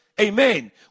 Amen